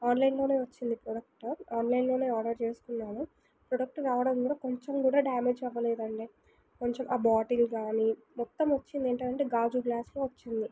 ఆన్లైన్లోనే వచ్చింది ప్రోడక్ట్ ఆన్లైన్లోనే ఆర్డర్ చేసుకున్నాను ప్రోడక్ట్ రావడం కూడా కొంచెం కూడా డ్యామేజ్ అవ్వలేదు కొంచెం ఆ బాటిల్ కానీ మొత్తం వచ్చిందేంటంటే గాజు గ్లాసులో వచ్చింది